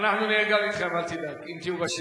אנחנו נהיה גם אתכם, אל תדאג, אם תהיו בשלטון.